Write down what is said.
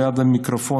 ליד המיקרופון,